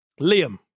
Liam